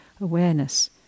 awareness